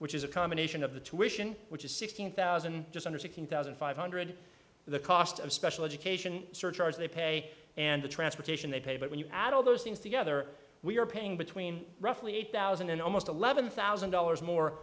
which is a combination of the tuition which is sixteen thousand just under sixteen thousand five hundred the cost of special education surcharge they pay and the transportation they pay but when you add all those things together we are paying between roughly eight thousand and almost eleven thousand